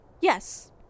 Yes